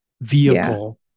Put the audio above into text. vehicle